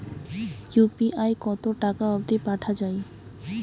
UPI কতো টাকা অব্দি পাঠা যায়?